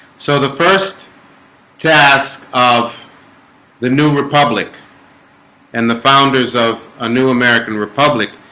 so the first tasks of the new republic and the founders of a new american republic